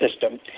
system